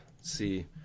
see